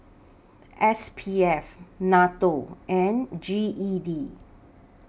S P F NATO and G E D